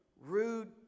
rude